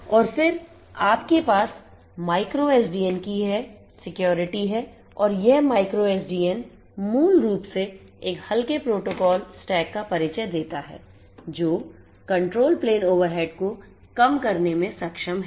और फिर आपके पास माइक्रो SDN की यह सुरक्षा है और यह माइक्रो एसडीएन मूल रूप से एक हल्के प्रोटोकॉल स्टैक का परिचय देता है जो control प्लेन ओवरहेड को कम करने में सक्षम है